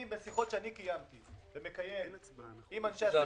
בשיחות שאני קיימתי ומקיים עם אנשי עסקים,